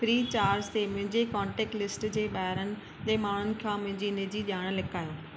free charge ते मुंहिंजी contact list जे ॿाहिरनि जे माण्हुनि खां मुंहिंजी निजी ॼाण लिकायो